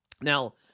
Now